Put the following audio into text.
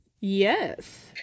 Yes